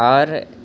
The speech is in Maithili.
आओर